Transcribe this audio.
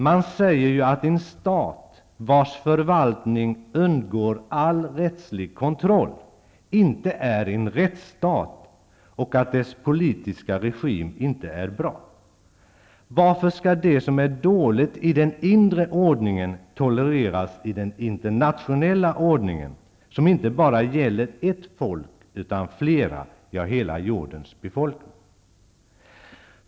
Man säger ju att en stat, vars förvaltning undgår all rättslig kontroll, inte är en rättstat, och att dess politiksa regim inte är bra. Varför skall det som är dåligt i den inre ordningen, tolereras i den internationella ordningen, som inte bara gäller ett folk utan flera, ja hela jordens befolkning?